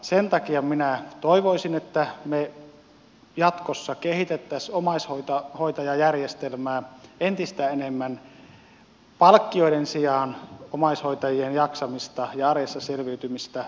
sen takia minä toivoisin että me jatkossa kehittäisimme omaishoitajajärjestelmää palkkioiden sijaan entistä enemmän omaishoitajien jaksamista ja arjessa selviytymistä tukevien palveluiden suuntaan